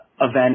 event